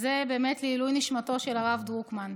אז זה באמת לעילוי נשמתו של הרב דרוקמן: